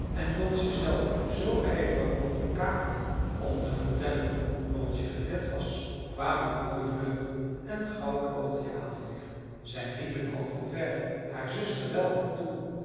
en donsje zelf zoo ijverig mogelijk kakelden om te vertellen hoe donsje gered was kwamen mooivleugel en goudoogje aanvliegen zij riepen al van verre haar zuster welkom toe